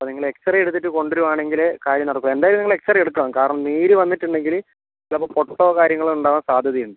അപ്പം നിങ്ങൾ എക്സ്റേ എടുത്തിട്ട് കൊണ്ട് വരുവാണെങ്കിൽ കാര്യം നടക്കൂ എന്തായാലും നിങ്ങൾ എക്സ്റേ എടുക്കണം കാരണം നീര് വന്നിട്ടുണ്ടെങ്കിൽ ചിലപ്പം പൊട്ടൽ കാര്യങ്ങളോ ഉണ്ടാവാൻ സാധ്യത ഉണ്ട്